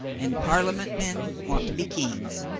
and parliament men want to be kings,